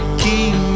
keep